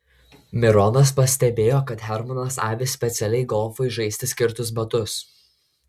mironas pastebėjo kad hermanas avi specialiai golfui žaisti skirtus batus